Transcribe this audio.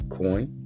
coin